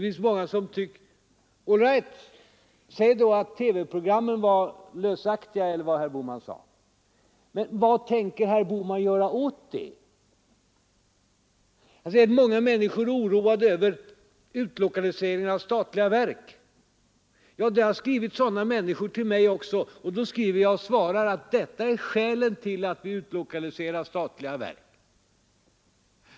All right — säg då att TV-programmen är lösaktiga eller vad herr Bohman sade. Men vad tänker herr Bohman göra åt det? Herr Bohman säger att många människor är oroade över utlokaliseringen av statliga verk. Ja, det har skrivit sådana människor till mig också, och då skriver jag och svarar att det och det är skälet till att vi utlokaliserar statliga verk.